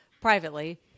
privately